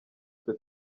twe